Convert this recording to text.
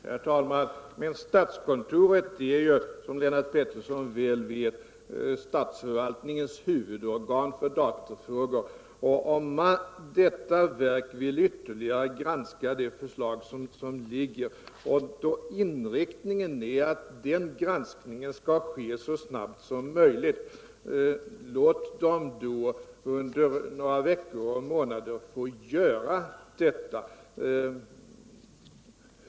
Herr talman! Men statskontoret är ju, som Lennart Pettersson väl vet, statsförvaltningens huvudorgan för datorfrågor. Om detta verk vill ytterligare granska det förslag som nu föreligger och inriktningen är att denna granskning skall ske så snabbt som möjligt, låt det då under några veckor och månader få göra detta!